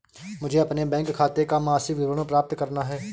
मुझे अपने बैंक खाते का मासिक विवरण प्राप्त करना है?